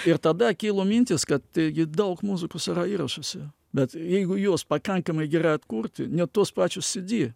ir tada kilo mintis kad taigi daug muzikos yra įrašuose bet jeigu juos pakankamai gerai atkurti net tuos pačius cd